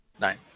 Nine